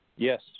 Yes